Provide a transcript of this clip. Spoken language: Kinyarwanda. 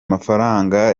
amafaranga